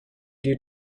due